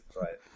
right